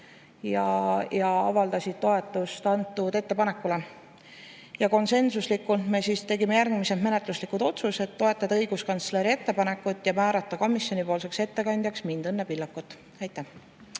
avaldas toetust sellele ettepanekule. Ja konsensuslikult me tegime järgmised menetluslikud otsused: toetada õiguskantsleri ettepanekut ja määrata komisjonipoolseks ettekandjaks mind, Õnne Pillakut. Aitäh!